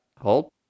Hold